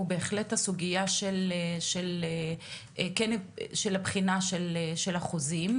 הוא בהחלט הסוגייה של הבחינה של החוזים.